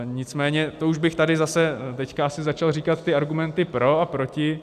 Nicméně to už bych tady zase teď asi začal říkat argumenty pro a proti.